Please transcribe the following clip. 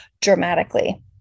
dramatically